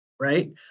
Right